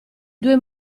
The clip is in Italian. due